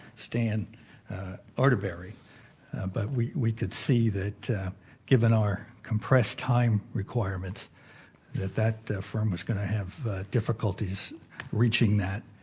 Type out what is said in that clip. stan arterberry but we we could see that given our compressed time requirement that that firm was going to have difficulties reaching that